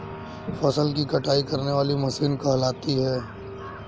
फसल की कटाई करने वाली मशीन कहलाती है?